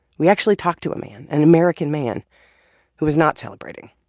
we actually talked to a man an american man who was not celebrating.